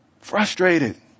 Frustrated